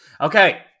Okay